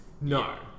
No